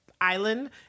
island